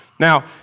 Now